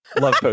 Love